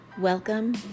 welcome